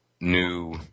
new